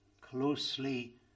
closely